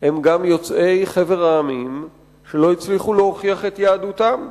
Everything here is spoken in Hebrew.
הם גם יוצאי חבר העמים שלא הצליחו להוכיח את יהדותם,